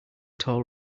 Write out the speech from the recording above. tall